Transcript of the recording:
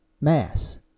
mass